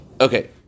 Okay